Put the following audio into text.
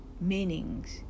meanings